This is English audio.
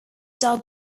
dark